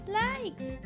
likes